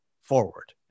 forward